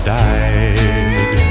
died